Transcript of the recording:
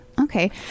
Okay